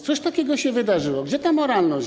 Co takiego się wydarzyło, gdzie ta moralność?